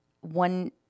one